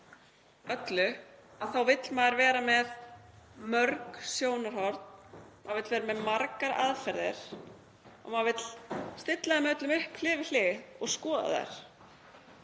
öllu þá vill maður vera með mörg sjónarhorn, maður vill vera með margar aðferðir og maður vill stilla þeim öllum upp hlið við hlið og skoða þær.